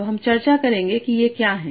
तो हम चर्चा करेंगे कि ये क्या हैं